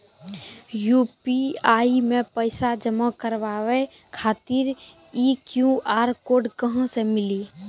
UPI मे पैसा जमा कारवावे खातिर ई क्यू.आर कोड कहां से मिली?